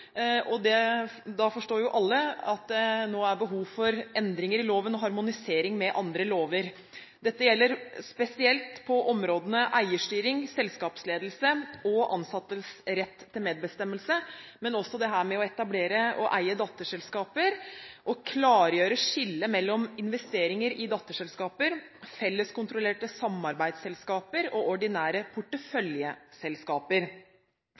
i 1997, og da forstår jo alle at det nå er behov for endringer i loven og harmonisering med andre lover. Dette gjelder spesielt på områdene eierstyring, selskapsledelse og ansattes rett til medbestemmelse, men også det å etablere og eie datterselskaper og klargjøre skillet mellom investeringer i datterselskaper, felleskontrollerte samarbeidsselskaper og ordinære